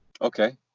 Okay